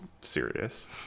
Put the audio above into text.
serious